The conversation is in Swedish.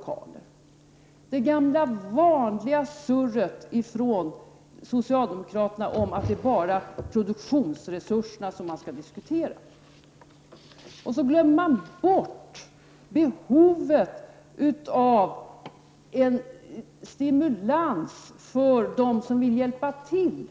Det är det gamla vanliga surret från socialdemokraterna om att det bara är produktionsresurserna som man skall diskutera. Sedan glömmer de bort behovet av stimulans för dem som vill hjälpa till